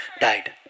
died